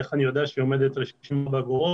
איך אני יודע שהיא עומדת על 64 אגורות?